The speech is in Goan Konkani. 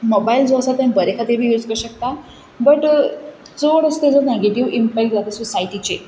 मोबायल जो आसा ते बरे खातीर बी यूज कर शकता बट चड अस तेजो नॅगिटीव इम्पॅक्ट जाता सोसयटीचेर